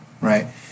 right